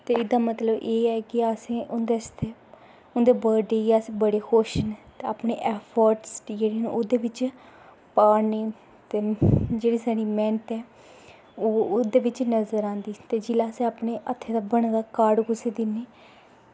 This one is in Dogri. ते एह्दा मतलब एह् ऐ कि असें उं'दे बर्थ डे बड़ी कोशश अपने फरैंडस जेह्दे कन्नै पानी ते जेह्ड़ी साढ़ी मैह्नत ऐ ते ओह् ओह्दे बिच नज़र आंदी ते जेल्लै असें अपने हत्थें दा बने दा कार्ड कुसै गी दिन्ने